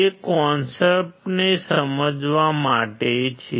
તે કોન્સેપ્ટને સમજવા માટે છે